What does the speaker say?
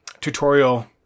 tutorial